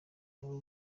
ababo